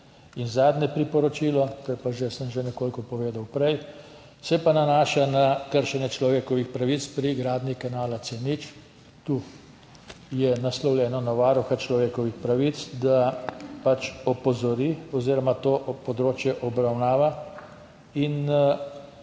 In zadnje priporočilo, o tem sem že nekoliko povedal prej, se pa nanaša na kršenje človekovih pravic pri gradnji kanala C0. Tu je naslovljeno na Varuha človekovih pravic, da opozori oziroma to področje obravnava in